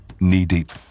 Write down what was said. knee-deep